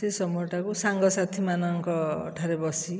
ସେ ସମୟଟାକୁ ସାଙ୍ଗସାଥି ମାନଙ୍କ ଠାରେ ବସି